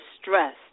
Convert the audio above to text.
stress